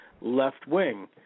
left-wing